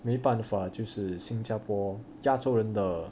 没办法就是新加坡亚洲人的